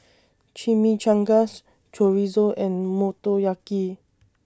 Chimichangas Chorizo and Motoyaki